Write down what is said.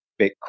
Bitcoin